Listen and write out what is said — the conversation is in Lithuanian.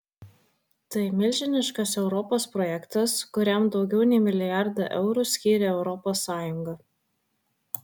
tai milžiniškas europos projektas kuriam daugiau nei milijardą eurų skyrė europos sąjunga